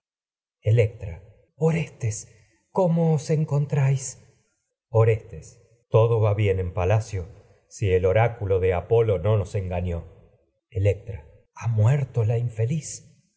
electra orestes cómo os encontráis tragedias de sófocles orestes todo va bien en palacio si el oráculo de apolo no nos engañó electra ha muerto la infeliz